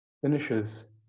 finishes